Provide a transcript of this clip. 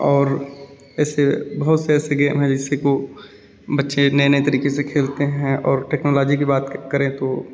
और ऐसे बहुत से ऐसे गेम है जिसको बच्चे नए नए तरीके से खेलते हैं और टेक्नोलॉजी की बात करें तो